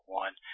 one